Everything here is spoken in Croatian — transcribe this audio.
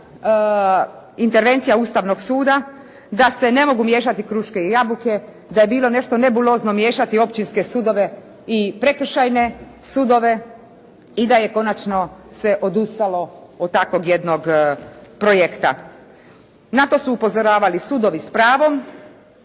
intervencija Ustavnog suda da se ne mogu miješati kruške i jabuke, da je bilo nešto nebulozno miješati općinske sudove i prekršajne sudove. I da je konačno se odustalo od takvog jednog projekta. Na to su upozoravali sudovi s pravom.